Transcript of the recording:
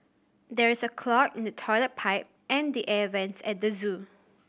there is a clog in the toilet pipe and the air vents at the zoo